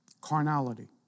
Carnality